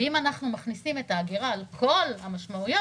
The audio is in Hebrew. אם אנחנו מכניסים את ההגירה על כל המשמעויות